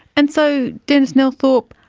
and so, denis nelthorpe,